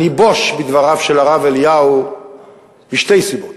אני בוש בדבריו של הרב אליהו משתי סיבות.